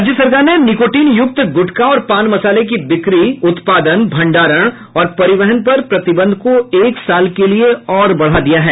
राज्य सरकार ने निकोटिन युक्त गुटखा और पान मसाले की बिक्री उत्पादन भंडारण और परिवहन पर प्रतिबंध को एक साल के लिये और बढ़ा दिया है